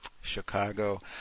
Chicago